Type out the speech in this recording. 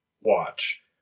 watch